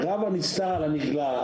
רב הנסתר על הגלוי.